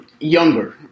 younger